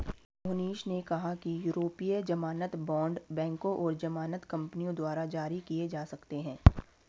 मोहनीश ने कहा कि यूरोपीय ज़मानत बॉण्ड बैंकों और ज़मानत कंपनियों द्वारा जारी किए जा सकते हैं